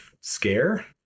Scare